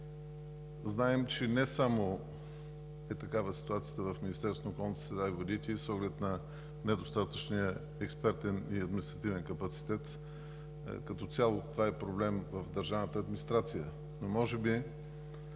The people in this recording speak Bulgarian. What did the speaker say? знаем, че не е само такава в Министерството на околната среда и водите, и с оглед на недостатъчния експертен и административен капацитет. Като цяло това е проблем в държавната администрация и,